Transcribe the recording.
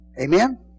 Amen